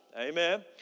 amen